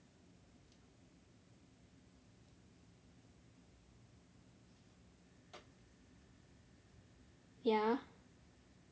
ya